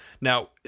Now